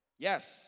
Yes